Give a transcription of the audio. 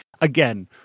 Again